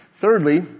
Thirdly